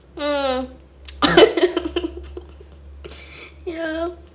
mm ya